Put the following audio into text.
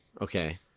Okay